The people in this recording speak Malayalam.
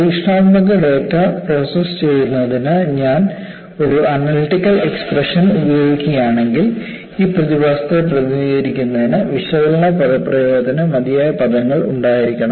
പരീക്ഷണാത്മക ഡാറ്റ പ്രോസസ്സ് ചെയ്യുന്നതിന് ഞാൻ ഒരു അനലിറ്റിക്കൽ എക്സ്പ്രഷൻ ഉപയോഗിക്കുകയാണെങ്കിൽ ഈ പ്രതിഭാസത്തെ പ്രതിനിധീകരിക്കുന്നതിന് വിശകലന പദപ്രയോഗത്തിന് മതിയായ പദങ്ങൾ ഉണ്ടായിരിക്കണം